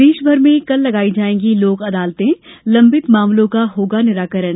प्रदेश भर में कल लगाई जायेंगी लोक अदालतें लंबित मामलों का होगा निराकरण